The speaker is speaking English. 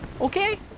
okay